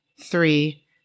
three